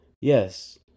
Yes